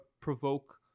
provoke